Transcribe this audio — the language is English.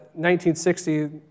1960